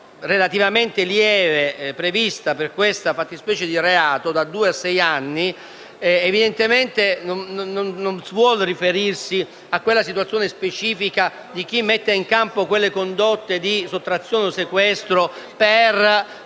relativamente lieve, prevista per questa fattispecie di reato, da due a sei anni, non vuole riferirsi alla situazione specifica di chi mette in campo le condotte di sottrazione e sequestro per